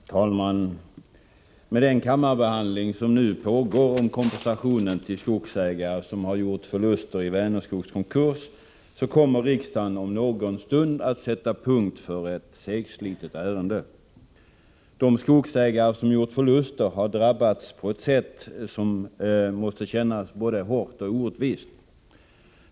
Herr talman! Med den kammarbehandling som nu pågår om kompensation till skogsägare som har gjort förluster i Vänerskogs konkurs kommer riksdagen om en stund att sätta punkt för ett segslitet ärende. De skogsägare som gjort förluster har drabbats på ett sätt som måste kännas både hårt och orättvist.